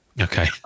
Okay